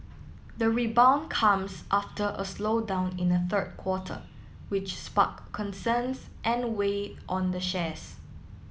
the rebound comes after a slowdown in the third quarter which sparked concerns and weighed on the shares